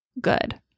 good